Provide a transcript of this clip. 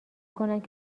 کنند